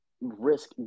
risk